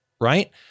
right